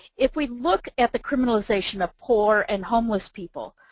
if we look at the criminalization of poor and homeless people,